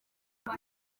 gusa